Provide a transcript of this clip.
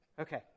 Okay